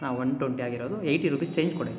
ಅಣ್ಣಾ one twenty ಆಗಿರೋದು eighty rupees change ಕೊಡಿ